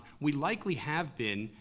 we likely have been,